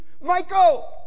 Michael